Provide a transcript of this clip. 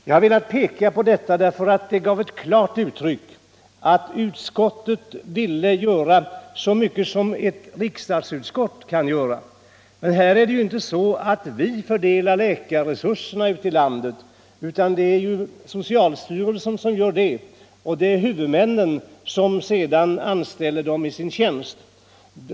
Jag har velat peka på detta, därför att det gav ett klart uttryck för att utskottet ville göra så mycket som ett riksdagsutskott kan göra. Men vi fördelar ju inte läkarresurserna ute i landet. Det är socialstyrelsen som gör det, och sedan är det huvudmännen som anställer dem i sin tjänst.